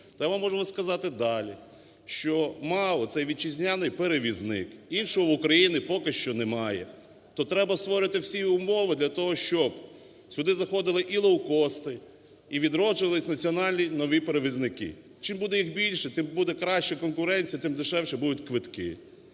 то я вам можу сказати далі, що МАУ – це вітчизняний перевізник, іншого в Україні поки що не має. То треба створити всі умови для того, щоб сюди заходили і лоукости, і відроджувались національні нові перевізники. Чим їх буде більше, тим буде краща конкуренція, тим дешевше будуть квитки.